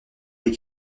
les